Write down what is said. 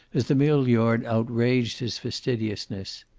as the mill yard outraged his fastidiousness.